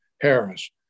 Harris